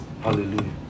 Hallelujah